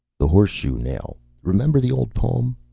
the horse-shoe nail. remember the old poem?